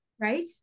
right